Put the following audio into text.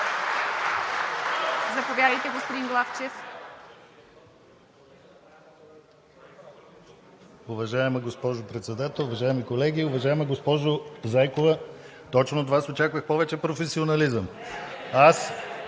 Заповядайте, господин Главчев.